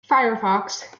firefox